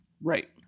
Right